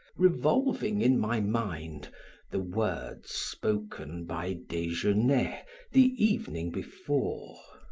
revolving in my mind the words spoken by desgenais the evening before.